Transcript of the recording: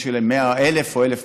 אם זה 1,000 או 1,100,